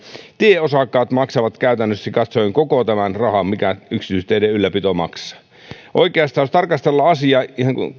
tieosakkaat maksavat käytännöllisesti katsoen koko tämän rahan minkä yksityisteiden ylläpito maksaa oikeastaan jos tarkastellaan asiaa